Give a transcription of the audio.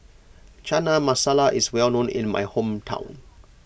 Chana Masala is well known in my hometown